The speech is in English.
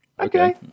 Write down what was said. Okay